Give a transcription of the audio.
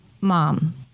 Mom